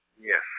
Yes